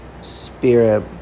Spirit